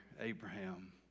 Abraham